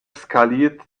skaliert